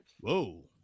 Whoa